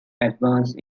advanced